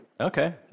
Okay